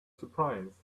surprise